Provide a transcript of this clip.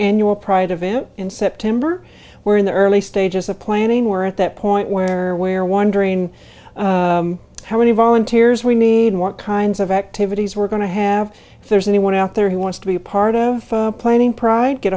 annual pride event in september where in the early stages of planning we're at that point where we are wondering how many volunteers we need what kinds of activities we're going to have if there's anyone out there who wants to be a part of planning pride get